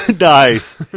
Nice